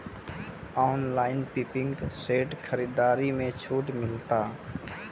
Online pumping set खरीदारी मे छूट मिलता?